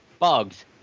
Bugs